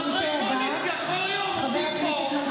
חברי קואליציה כל היום עומדים פה,